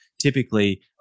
typically